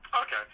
okay